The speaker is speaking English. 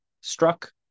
struck